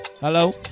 Hello